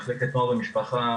מחלקת נוער ומשפחה,